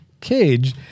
cage